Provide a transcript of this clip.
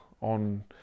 on